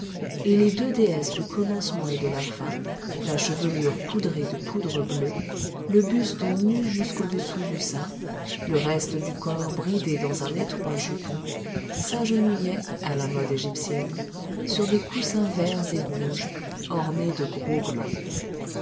et les deux déesses du commencement et de la fin la chevelure poudrée de poudre bleue le buste nu jusqu'au dessous du sein le reste du corps bridé dans un étroit jupon s'agenouillaient à la mode égyptienne sur des coussins verts et rouges ornés de gros glands